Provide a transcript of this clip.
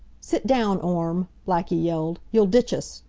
sit down, orme! blackie yelled. you'll ditch us!